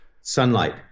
Sunlight